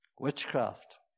Witchcraft